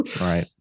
right